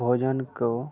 भोजन को